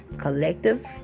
collective